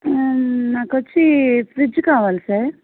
నాకు వచ్చి ప్రిజ్జు కావాలి సార్